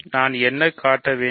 நான் என்ன காட்ட வேண்டும்